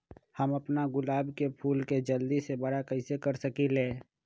हम अपना गुलाब के फूल के जल्दी से बारा कईसे कर सकिंले?